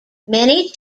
many